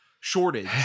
shortage